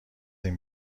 این